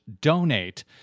donate